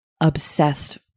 obsessed